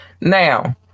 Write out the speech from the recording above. Now